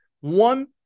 One